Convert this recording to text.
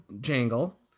jangle